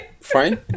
fine